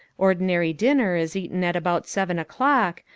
ordinary dinner is eaten at about seven o'clock,